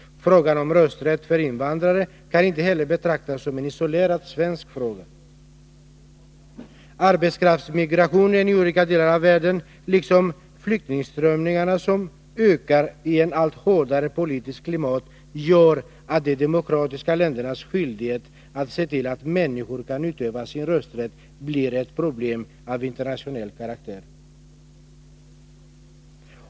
Frågan om rösträtt för invandrare kan inte heller betraktas som en isolerad svensk fråga. Arbetskraftsmigrationen i olika delar av världen, liksom flyktingströmmarna, som ökar i ett allt hårdare politiskt klimat, gör att de demokratiska ländernas skyldighet att se till att människor kan utöva sin rösträtt blir ett problem av internationell karaktär.